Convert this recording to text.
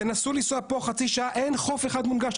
תנסו לנסוע פה, חצי שעה אין חוף אחד מונגש.